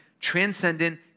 transcendent